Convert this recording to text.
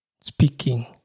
speaking